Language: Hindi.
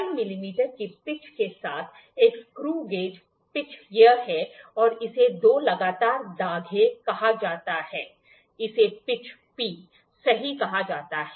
05 मिलीमीटर की पिच के साथ एक स्क्रूगेज पिच यह है और इसे दो लगातार धागे कहा जाता है इसे पिच P सही कहा जाता है